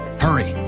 hurry,